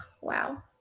Wow